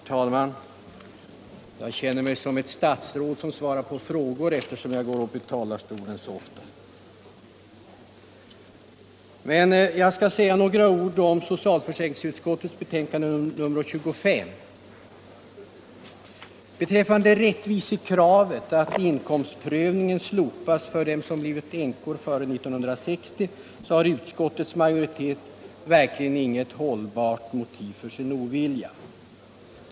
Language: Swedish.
Herr talman! Jag känner mig som ett statsråd som svarar på frågor, eftersom jag går upp i talarstolen så ofta, men jag skall säga några ord om socialförsäkringsutskottets betänkande nr 25. Beträffande rättvisekravet att inkomstprövningen slopas för dem som blivit änkor före 1960 har utskottets majoritet verkligen inget hållbart motiv för sin ovilja.